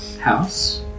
house